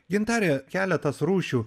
gintare keletas rūšių